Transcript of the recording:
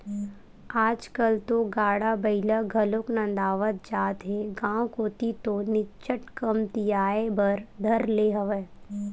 आजकल तो गाड़ा बइला घलोक नंदावत जात हे गांव कोती तो निच्चट कमतियाये बर धर ले हवय